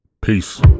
Peace